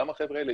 גם החבר'ה האלה,